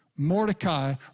Mordecai